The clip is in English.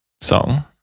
song